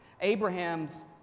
Abraham's